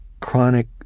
chronic